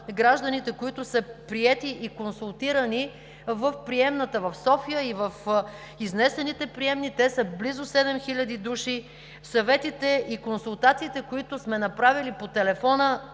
гражданите, които са приети и консултирани в приемната в София и в изнесените приемни – те са близо 7000 души. Съветите и консултациите, които сме направили по телефона,